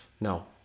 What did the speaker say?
No